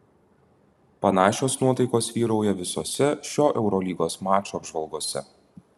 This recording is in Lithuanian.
panašios nuotaikos vyrauja visose šio eurolygos mačo apžvalgose